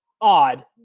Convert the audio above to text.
odd